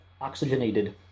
oxygenated